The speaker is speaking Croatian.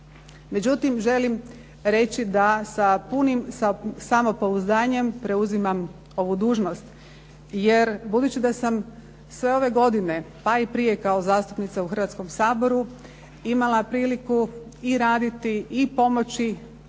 Međutim, želim reći da sa punim samopouzdanjem preuzimam ovu dužnost jer budući da sam sve ove godine pa i zastupnica u Hrvatskom saboru imala priliku i raditi i pomoći